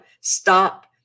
stop